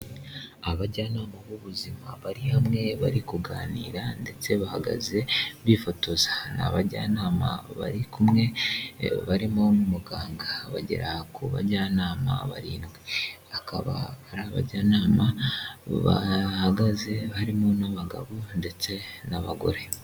Abajyanama b'ubuzima bari hamwe bari kuganira ndetse bahagaze bifotoza ni abajyanama bari kumwe barimo n'umuganga bagera ku bajyanama barindwi akaba ari abajyanama bahagaze barimo n'abagabo ndetse n'abagore.